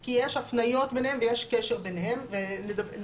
כי יש הפניות ביניהן ויש קשר ביניהן ונראה